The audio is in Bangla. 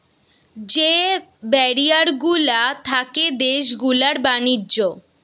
যে ব্যারিয়ার গুলা থাকে দেশ গুলার ব্যাণিজ্য